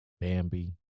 Bambi